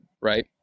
right